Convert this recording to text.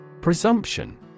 Presumption